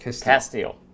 Castile